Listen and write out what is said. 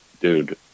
dude